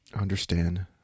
understand